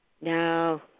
No